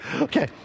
Okay